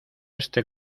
este